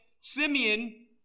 Simeon